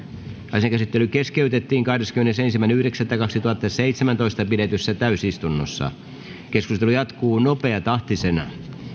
asian käsittely keskeytettiin kahdeskymmenesensimmäinen yhdeksättä kaksituhattaseitsemäntoista pidetyssä täysistunnossa keskustelu jatkuu nopeatahtisena